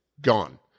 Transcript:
gone